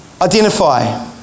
identify